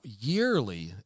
yearly